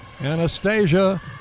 Anastasia